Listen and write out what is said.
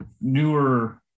newer –